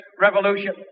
revolution